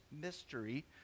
mystery